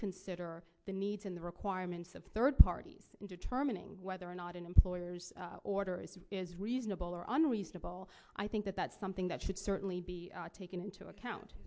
consider the needs and the requirements of third parties in determining whether or not an employer's orders is reasonable or unreasonable i think that that's something that should certainly be taken into account